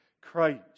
Christ